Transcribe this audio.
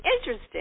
interesting